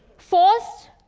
forced.